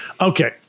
Okay